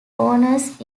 owners